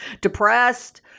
depressed